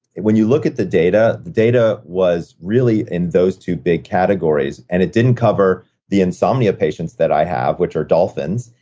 when you look at the data the data was really in those two big categories. and it didn't cover the insomnia patients that i have, which are dolphins,